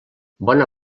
bona